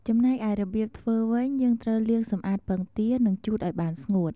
ចំណែកឯរបៀបធ្វើវិញ យើងត្រូវលាងសម្អាតពងទា និងជូតឱ្យបានស្ងួត ។